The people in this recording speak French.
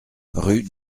rue